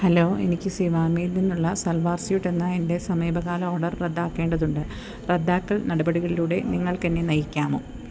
hello എനിക്ക് സിവാമിയിൽ നിന്നുള്ള സൽവാർ സ്യൂട്ടെന്ന എൻ്റെ സമീപകാല ഓർഡർ റദ്ദാക്കേണ്ടതുണ്ട് റദ്ദാക്കൽ നടപടികളിലൂടെ നിങ്ങൾക്കെന്നെ നയിക്കാമോ